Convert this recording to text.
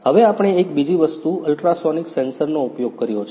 હવે આપણે એક બીજી વસ્તુ અલ્ટ્રાસોનિક સેન્સરનો ઉપયોગ કર્યો છે